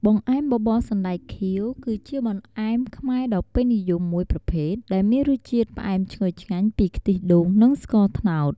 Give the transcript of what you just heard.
បង្អែមបបរសណ្ដែកខៀវ គឺជាបង្អែមខ្មែរដ៏ពេញនិយមមួយប្រភេទ ដែលមានរសជាតិផ្អែមឈ្ងុយឆ្ងាញ់ពីខ្ទិះដូង និងស្ករត្នោត។